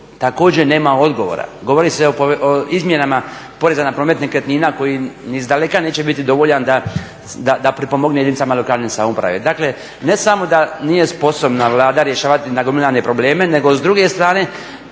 također nema odgovora. Govori se o izmjenama poreza na promet nekretnina koji ni izdaleka neće biti dovoljan da pripomogne jedinicama lokalne samouprave. Dakle, ne samo da nije sposobna Vlada rješavati nagomilane probleme nego s druge strane